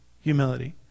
Humility